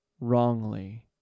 Wrongly